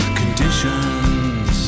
conditions